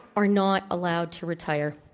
are not allowed to retire.